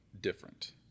different